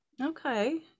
Okay